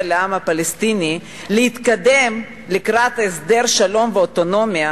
לעם הפלסטיני להתקדם לקראת הסדר שלום ואוטונומיה,